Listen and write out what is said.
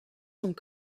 sont